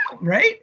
right